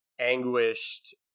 anguished